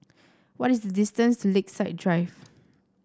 what is the distance to Lakeside Drive